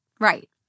Right